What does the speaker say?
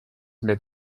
mid